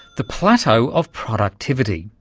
the plateau of productivity?